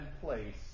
place